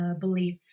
belief